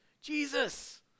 Jesus